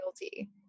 guilty